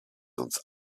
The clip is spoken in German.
uns